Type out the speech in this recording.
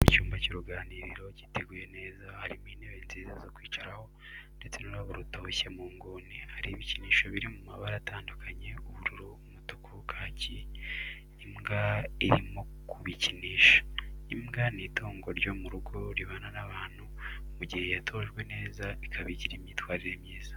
Mu cyumba cy'uruganiriro giteguye neza, harimo intebe nziza zo kwicaraho, ndetse n'ururabo rutoshye mu nguni, hari ibikinisho biri mu mabara atandukanye ubururu, umutuku, kaki, imbwa irimo kubikinsha. Imbwa ni itungo ryo mu rugo ribana n'abantu mu gihe yatojwe neza ikaba igira imyitwarire myiza.